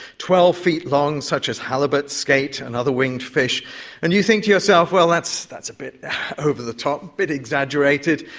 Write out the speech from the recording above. twelve feet long, such as halibut, skate and other winged fish and you think to yourself, well, that's that's a bit over the top, a bit exaggerated.